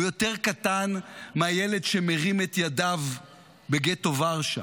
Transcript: הוא יותר קטן מהילד שמרים את ידיו בגטו ורשה.